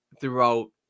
throughout